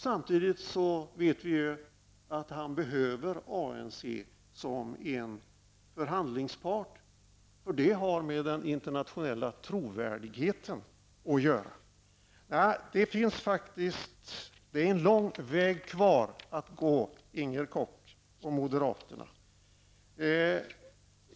Samtidigt vet vi att han behöver ANC som en förhandlingspart, något som har med den internationella trovärdigheten att göra. Det är faktiskt en lång väg kvar att gå, Inger Koch och andra moderater.